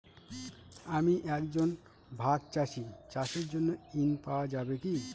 আমি একজন ভাগ চাষি চাষের জন্য ঋণ পাওয়া যাবে কি?